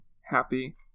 happy